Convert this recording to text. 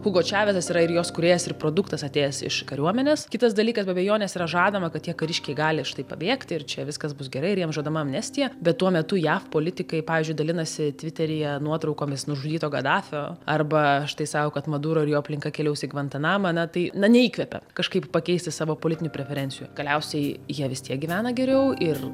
hugo čiavesas yra ir jos kūrėjas ir produktas atėjęs iš kariuomenės kitas dalykas be abejonės yra žadama kad tie kariškiai gali štai pabėgt ir čia viskas bus gerai ir jiem žadama amnestija bet tuo metu jav politikai pavyzdžiui dalinasi tviteryje nuotraukomis nužudyto gadafio arba štai sako kad maduro ir jo aplinka keliaus į gvantanamą na tai na neįkvepia kažkaip pakeisti savo politinių preferencijų galiausiai jie vis tiek gyvena geriau ir